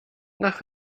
nach